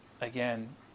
Again